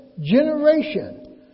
generation